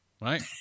Right